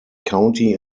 county